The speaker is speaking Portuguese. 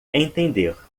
entender